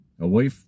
away